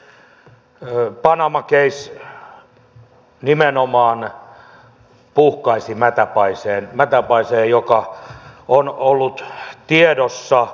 panama case nimenomaan puhkaisi mätäpaiseen mätäpaiseen joka on ollut tiedossa